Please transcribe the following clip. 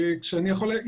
אם